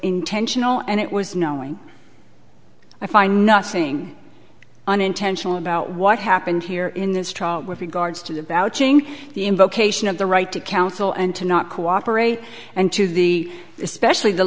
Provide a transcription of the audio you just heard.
intentional and it was knowing i find nothing unintentional about what happened here in this trial with regards to the bouche ing the in vocation of the right to counsel and to not cooperate and to the especially the